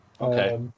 Okay